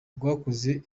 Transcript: rwakoze